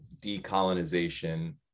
decolonization